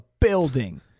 building